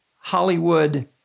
Hollywood